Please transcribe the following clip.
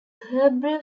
hebrew